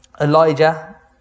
Elijah